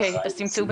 שגם